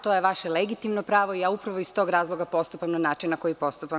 To je vaše legitimno pravo i upravo iz tog razloga postupam na način na koji postupam.